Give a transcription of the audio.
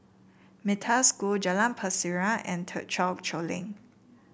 Metta School Jalan Pasiran and Thekchen Choling